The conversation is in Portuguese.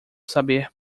saber